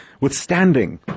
withstanding